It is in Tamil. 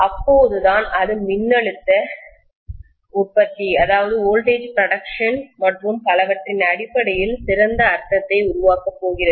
அப்போதுதான் அது மின்னழுத்த உற்பத்திவோல்டேஜ் புரோடக்சன் மற்றும் பலவற்றின் அடிப்படையில் சிறந்த அர்த்தத்தை உருவாக்கப் போகிறது